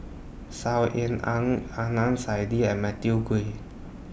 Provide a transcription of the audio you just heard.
Saw Ean Ang Adnan Saidi and Matthew Ngui